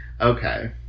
okay